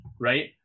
right